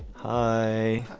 hi.